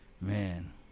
Man